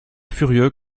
furieux